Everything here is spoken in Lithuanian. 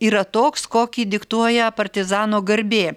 yra toks kokį diktuoja partizano garbė